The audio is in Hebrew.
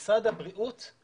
וכשפנינו למשרד הבריאות הוא